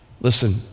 Listen